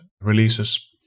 releases